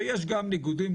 ויש גם ניגודים,